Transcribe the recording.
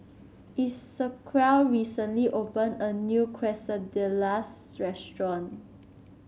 Esequiel recently opened a new Quesadillas restaurant